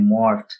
morphed